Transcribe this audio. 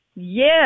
yes